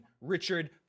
Richard